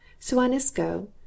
Suanisco